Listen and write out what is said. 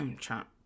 Trump